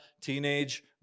teenage